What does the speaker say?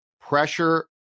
pressure